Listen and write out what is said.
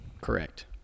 Correct